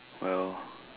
well